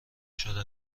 شده